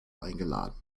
eingeladen